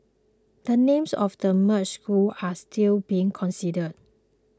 the names of the merged schools are still being considered